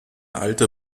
alte